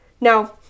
Now